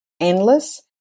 endless